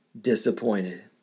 disappointed